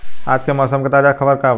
आज के मौसम के ताजा खबर का बा?